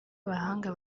abahanga